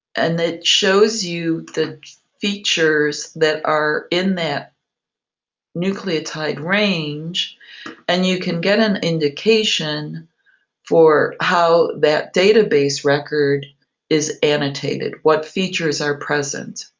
and it shows you the features that are in that nucleotide range and you can get an indication for how that data base record is annotated, what features are present.